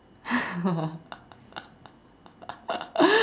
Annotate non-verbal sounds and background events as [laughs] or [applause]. [laughs]